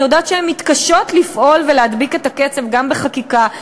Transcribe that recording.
ואני יודעת שהן מתקשות לפעול ולהדביק את הקצב גם בחקיקה,